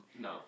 No